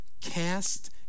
Cast